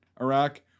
Iraq